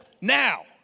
now